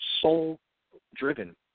soul-driven